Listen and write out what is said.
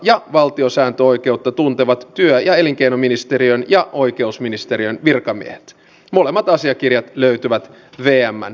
hallintovaliokunta antoi kriittisen arvion sisäministeriön resurssitarpeen ja määrärahojen suhteesta